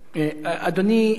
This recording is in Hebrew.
אדוני,